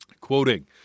Quoting